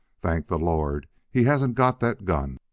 thank the lord he hasn't got that gun!